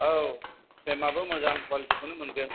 औ फ्रेमआबो मोजां कुवालिटिखौनो मोनगोन